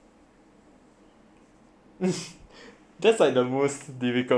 that's like the most difficult one eh out of all of them